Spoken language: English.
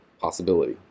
possibility